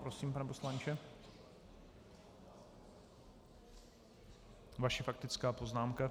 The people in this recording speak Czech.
Prosím, pane poslanče, vaše faktická poznámka.